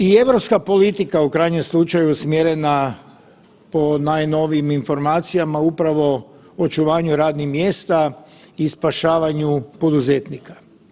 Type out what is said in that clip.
I europska politika u krajnjem slučaju je usmjerena, po najnovijim informacijama, upravo očuvanju radnih mjesta i spašavanju poduzetnika.